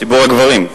ציבור הגברים.